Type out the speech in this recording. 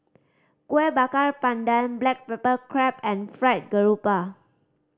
Kueh Bakar Pandan black pepper crab and Fried Garoupa